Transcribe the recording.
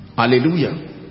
Hallelujah